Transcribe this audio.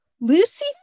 Lucy